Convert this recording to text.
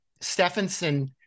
Stephenson